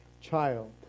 child